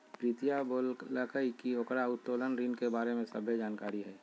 प्रीतिया बोललकई कि ओकरा उत्तोलन ऋण के बारे में सभ्भे जानकारी हई